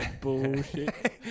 bullshit